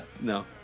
No